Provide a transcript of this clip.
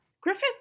griffith